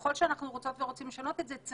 ככל שאנחנו רוצות ורוצים לשנות את זה יהיה